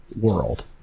world